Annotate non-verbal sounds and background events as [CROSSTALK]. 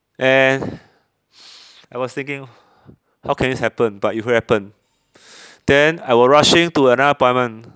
and [BREATH] I was thinking how can this happen but it happen then I were rushing to another appointment